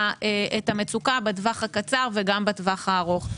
המצוקה בטווח הקצר וגם בטווח הארוך.